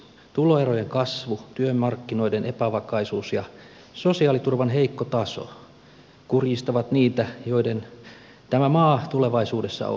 tuloerojen kasvu työmarkkinoiden epävakaisuus ja sosiaaliturvan heikko taso kurjistavat niitä joiden tämä maa tulevaisuudessa on